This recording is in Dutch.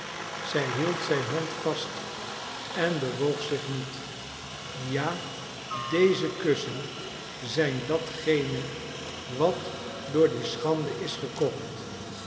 zij hield zijn hand vast en bewoog zich niet ja deze kussen zijn datgene wat door die schande is gekocht